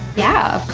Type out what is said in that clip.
yeah,